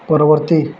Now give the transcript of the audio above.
ପରବର୍ତ୍ତୀ